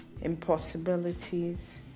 impossibilities